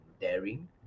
daring